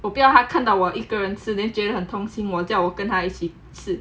我不要他看到我一个人吃 then 觉得很痛心我叫我跟他一起吃